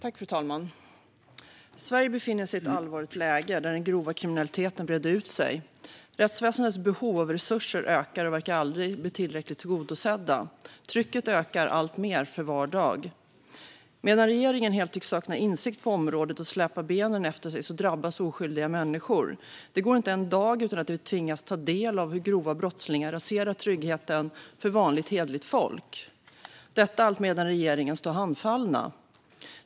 Fru talman! Sverige befinner sig i ett allvarligt läge där den grova kriminaliteten breder ut sig. Rättsväsendets behov av resurser ökar och verkar aldrig bli tillräckligt tillgodosedda. Trycket ökar alltmer för var dag. Medan regeringen helt tycks sakna insikt på området och släpar benen efter sig drabbas oskyldiga människor. Det går inte en dag utan att vi tvingas ta del av hur grova brottslingar raserar tryggheten för vanligt hederligt folk, detta alltmedan regeringen står handfallen.